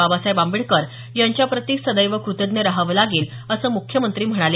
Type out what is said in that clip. बाबासाहेब आंबेडकर यांच्याप्रती सदैव कृतज्ञ राहावं लागेल असं म्ख्यमंत्री म्हणाले